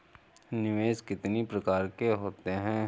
निवेश कितनी प्रकार के होते हैं?